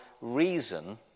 reason